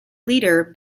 leader